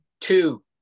Two